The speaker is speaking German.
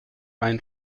ein